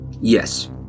Yes